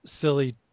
silly